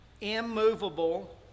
immovable